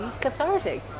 cathartic